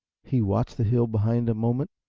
he watched the hill behind a moment,